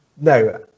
No